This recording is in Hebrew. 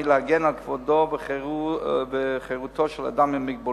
היא להגן על כבודו וחירותו של אדם עם מוגבלות